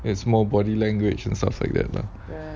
it's more body language and stuff like that lah